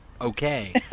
okay